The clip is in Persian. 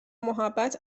محبت